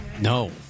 No